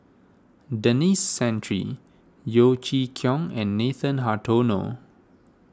Denis Santry Yeo Chee Kiong and Nathan Hartono